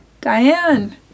Diane